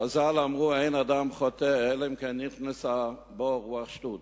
חז"ל אמרו: אין אדם חוטא אלא אם נכנסה בו רוח שטות.